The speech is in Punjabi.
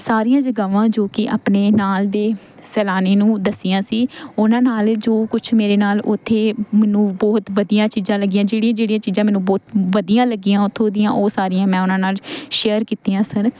ਸਾਰੀਆਂ ਜਗ੍ਹਾਵਾਂ ਜੋ ਕਿ ਆਪਣੇ ਨਾਲ ਦੇ ਸੈਲਾਨੀ ਨੂੰ ਦੱਸੀਆਂ ਸੀ ਉਹਨਾਂ ਨਾਲ ਜੋ ਕੁਛ ਮੇਰੇ ਨਾਲ ਉੱਥੇ ਮੈਨੂੰ ਬਹੁਤ ਵਧੀਆ ਚੀਜ਼ਾਂ ਲੱਗੀਆਂ ਜਿਹੜੀਆਂ ਜਿਹੜੀਆਂ ਚੀਜ਼ਾਂ ਮੈਨੂੰ ਬਹੁਤ ਵਧੀਆ ਲੱਗੀਆਂ ਉੱਥੋਂ ਦੀਆਂ ਉਹ ਸਾਰੀਆਂ ਮੈਂ ਉਹਨਾਂ ਨਾਲ ਸ਼ੇਅਰ ਕੀਤੀਆਂ ਸਨ